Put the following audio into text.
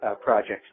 projects